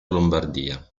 lombardia